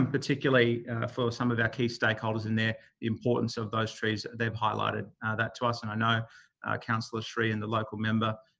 um particularly for some of our key stakeholders and their importance of those trees, that they've highlighted that to us. and i know councillor sri and the local member,